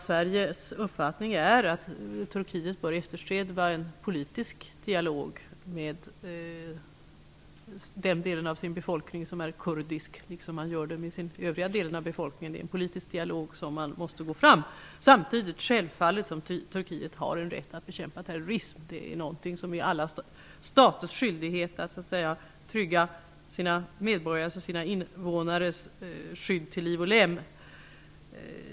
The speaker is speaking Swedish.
Sveriges uppfattning är att man i Turkiet bör eftersträva en politisk dialog med den delen av den turkiska befolkningen som är kurdisk, liksom sker med den övriga delen av befolkningen. Det är med en politisk dialog som man måste gå fram. Samtidigt har Turkiet självfallet en rätt att bekämpa terrorism. Det är alla staters skyldighet att trygga sina medborgare till liv och lem.